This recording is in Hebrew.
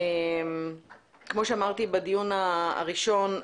כמו שאמרתי בדיון הראשון,